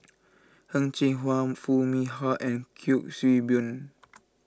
Heng Cheng Hwa Foo Mee Har and Kuik Swee Boon